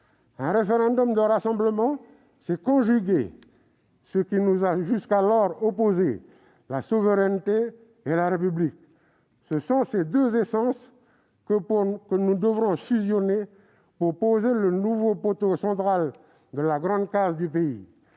Un référendum de rassemblement, c'est conjuguer ce qui nous a jusqu'alors opposés : la souveraineté et la République. Ce sont ces deux essences que nous devrons fusionner pour poser le nouveau poteau central de la grande case du pays.